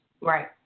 Right